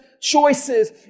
choices